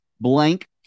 Blank